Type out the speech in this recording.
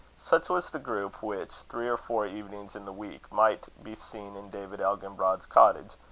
such was the group which, three or four evenings in the week, might be seen in david elginbrod's cottage,